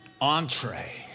Entree